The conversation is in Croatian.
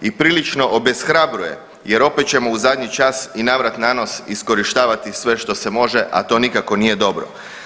I prilično obeshrabruje jer opet ćemo u zadnji čas i na vrat na nos iskorištavati sve što se može, a to nikako nije dobro.